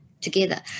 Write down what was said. together